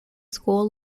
school